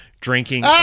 drinking